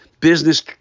business